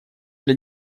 для